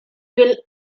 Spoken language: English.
will